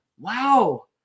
Wow